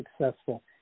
successful